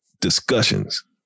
discussions